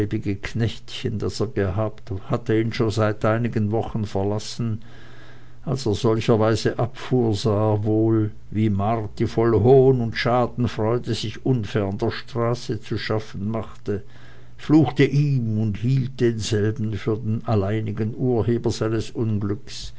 er gehabt hatte ihn schon seit einigen wochen verlassen als er solcherweise abfuhr sah er wohl wie marti voll hohn und schadenfreude sich unfern der straße zu schaffen machte fluchte ihm und hielt denselben für den alleinigen urheber seines unglückes